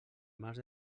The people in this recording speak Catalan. març